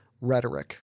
rhetoric